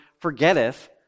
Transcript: forgetteth